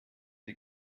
die